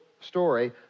story